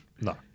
No